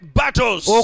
battles